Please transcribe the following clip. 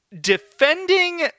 defending